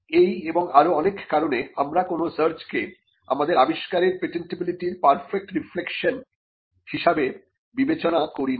এখন এই এবং আরো অনেক কারণে আমরা কোন সার্চকে আমাদের আবিষ্কারের পেটেন্টিবিলিটির পারফেক্ট রিফ্লেকশন হিসাবে বিবেচনা করি না